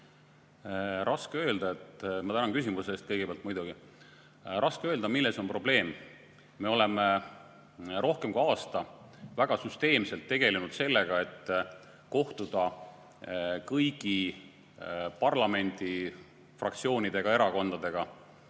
kõrbes. Ma tänan küsimuse eest kõigepealt muidugi. Raske öelda, milles on probleem. Me oleme rohkem kui aasta väga süsteemselt tegelenud sellega, et kohtuda kõigi parlamendifraktsioonidega, erakondadega,